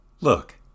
Look